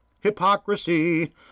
Hypocrisy